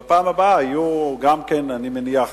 בפעם הבאה יהיה גם כן, אני מניח,